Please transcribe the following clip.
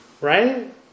right